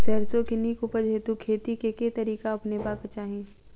सैरसो केँ नीक उपज हेतु खेती केँ केँ तरीका अपनेबाक चाहि?